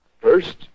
First